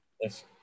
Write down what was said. Yes